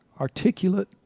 articulate